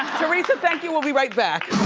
teresa, thank you, we'll be right back.